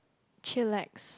chillax